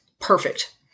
Perfect